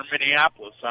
Minneapolis